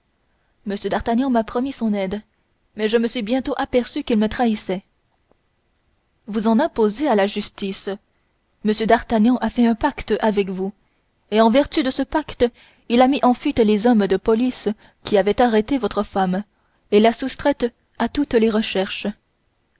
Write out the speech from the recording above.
d'artagnan m'a promis son aide mais je me suis bientôt aperçu qu'il me trahissait vous en imposez à la justice m d'artagnan a fait un pacte avec vous et en vertu de ce pacte il a mis en fuite les hommes de police qui avaient arrêté votre femme et l'a soustraite à toutes les recherches